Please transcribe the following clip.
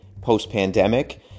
post-pandemic